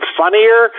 funnier